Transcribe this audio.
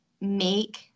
make